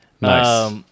Nice